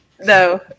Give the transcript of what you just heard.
no